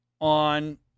on